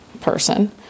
person